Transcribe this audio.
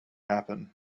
happen